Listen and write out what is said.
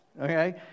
okay